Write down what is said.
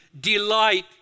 Delight